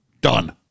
Done